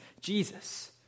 Jesus